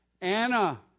Anna